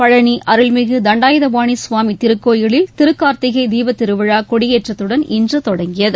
பழனி அருள்மிகு தண்டாயுதபாணி கவாமி திருக்கோயிலில் திருக்கார்த்திகை தீபத்திருவிழா கொடியேற்றத்துடன் இன்று தொடங்கியது